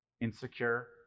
insecure